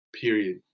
Period